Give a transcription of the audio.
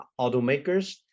automakers